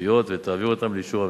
הסופיות ותעביר אותן לאישור הממשלה.